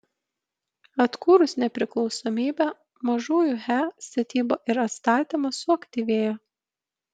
atkūrus nepriklausomybę mažųjų he statyba ir atstatymas suaktyvėjo